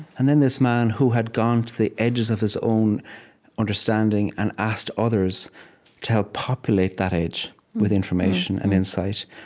and then this man, who had gone to the edges of his own understanding and asked others to help populate that edge with information and insight,